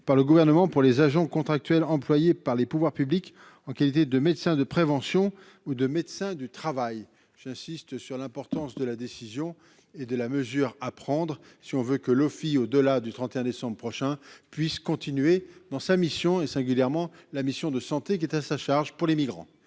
par le gouvernement pour les agents contractuels employés par les pouvoirs publics en qualité de médecin de prévention ou de médecins du travail. J'insiste sur l'importance de la décision et de la mesure à prendre, si on veut que l'OFI au-delà du 31 décembre prochain puisse continuer dans sa mission et singulièrement la mission de santé qui était à sa charge pour les migrants.